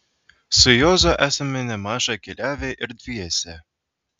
su juozu esame nemaža keliavę ir dviese